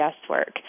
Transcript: guesswork